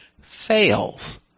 fails